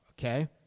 okay